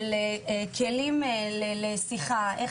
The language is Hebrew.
גם בכיתה שאני נכנסת אליה כממלאת מקום,